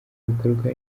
bikorwa